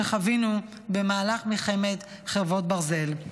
שחווינו ועדיין חווים במהלך מלחמת חרבות ברזל.